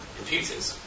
computers